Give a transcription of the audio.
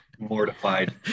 mortified